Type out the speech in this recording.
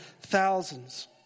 thousands